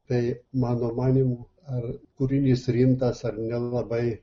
tai mano manymu ar kūrinys rimtas ar nelabai